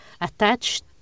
attached